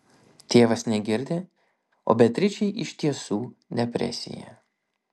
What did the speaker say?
tėvas negirdi o beatričei iš tiesų depresija